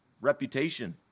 reputation